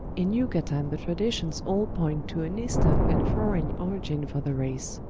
in yucatan the traditions all point to an eastern and foreign origin for the race.